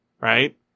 right